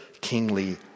kingly